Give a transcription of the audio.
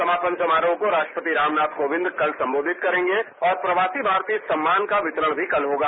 समापन समारोह को राष्ट्रपति रामनाथ कोविंद कल संबोधित करेंगे और प्रवासी भारतीय सम्मान का वितरण भी कल होगा